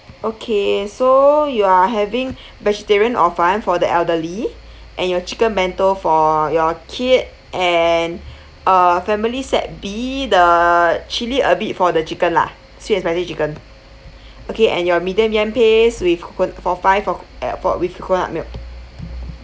okay so you are having vegetarian horfun for the elderly and your chicken bento for your kid and a family set B the chili a bit for the chicken lah sweet and spicy chicken okay and your medium yam paste with coco~ for five for uh for with coconut milk